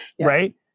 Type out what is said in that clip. right